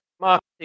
marketing